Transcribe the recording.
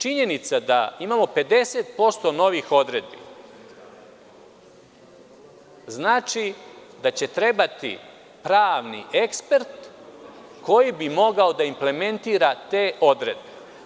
Činjenica da imamo 50% novih odredbi znači da će trebati pravni ekspert koji bi mogao da implementira te odredbe.